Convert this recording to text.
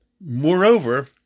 Moreover